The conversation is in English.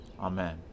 Amen